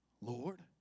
Lord